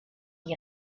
die